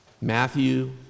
Matthew